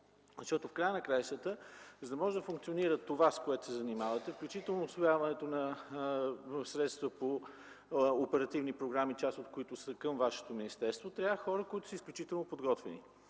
важността на проблема. За да може да функционира това, с което се занимавате, включително усвояването на средства по оперативни програми, част от които са към Вашето министерство, трябват хора, които са изключително подготвени.